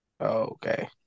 okay